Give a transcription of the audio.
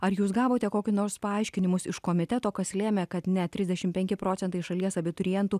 ar jūs gavote kokį nors paaiškinimus iš komiteto kas lėmė kad net trisdešim penki procentai šalies abiturientų